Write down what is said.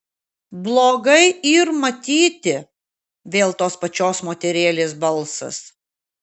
blogai yr matyti vėl tos pačios moterėlės balsas